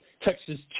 Texas